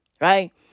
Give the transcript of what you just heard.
Right